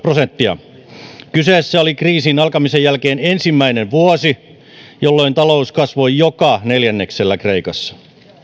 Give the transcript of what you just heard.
prosenttia kyseessä oli kriisin alkamisen jälkeen ensimmäinen vuosi jolloin talous kasvoi joka neljänneksellä kreikassa